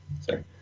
Sorry